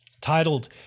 Titled